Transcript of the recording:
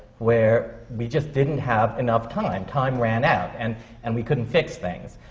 where we just didn't have enough time. time ran out, and and we couldn't fix things.